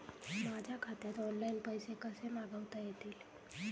माझ्या खात्यात ऑनलाइन पैसे कसे मागवता येतील?